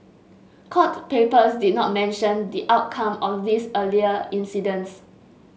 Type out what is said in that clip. court papers did not mention the outcome of these earlier incidents